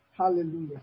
Hallelujah